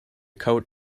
code